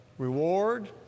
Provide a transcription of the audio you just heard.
reward